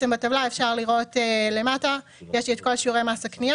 בטבלה אפשר לראות את כל שיעורי מס הקניה